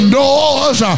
doors